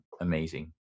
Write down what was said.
amazing